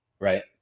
right